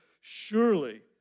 surely